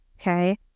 Okay